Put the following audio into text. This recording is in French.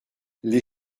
les